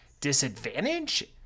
disadvantage